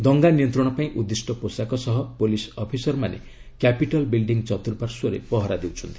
ଦଙ୍ଗା ନିୟନ୍ତ୍ରଣ ପାଇଁ ଉଦ୍ଦିଷ୍ଟ ପୋଷାକ ସହ ପୁଲିସ୍ ଅଫିସର୍ମାନେ କ୍ୟାପିଟଲ ବିଲ୍ଫି ଚତୁପାର୍ଶ୍ୱରେ ପହରା ଦେଉଛନ୍ତି